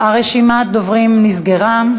רשימת הדוברים נסגרה.